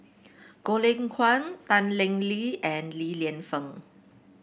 Goh Lay Kuan Tan Lee Leng and Li Lienfung